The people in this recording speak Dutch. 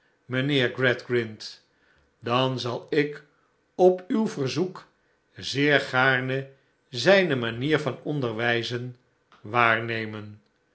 mijnheer gradgrind dan zal ik op uw verzoek zeer gaarne zijne manier van onderwijzen waarnemen